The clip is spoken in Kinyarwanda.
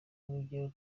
urugero